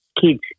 kids